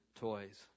toys